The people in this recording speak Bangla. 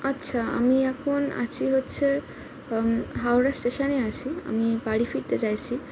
আচ্ছা আমি এখন আছি হচ্ছে হাওড়া স্টেশানে আছি আমি বাড়ি ফিরতে চাইছি